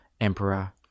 emperor